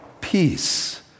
peace